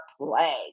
plague